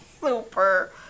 Super